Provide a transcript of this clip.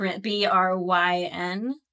B-R-Y-N